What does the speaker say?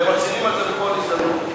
והם מצהירים על זה בכל הזדמנות.